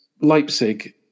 Leipzig